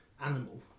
animal